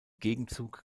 gegenzug